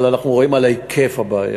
אבל אנחנו רואים את היקף הבעיה.